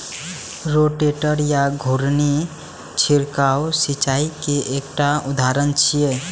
rotator या घुर्णी छिड़काव सिंचाइ के एकटा उपकरण छियै